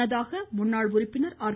முன்னதாக முன்னாள் உறுப்பினர் ஆர்